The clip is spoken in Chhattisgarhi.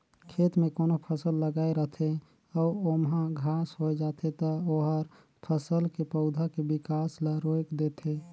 खेत में कोनो फसल लगाए रथे अउ ओमहा घास होय जाथे त ओहर फसल के पउधा के बिकास ल रोयक देथे